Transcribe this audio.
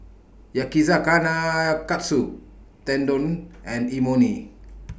Yakizakana Katsu Tendon and Imoni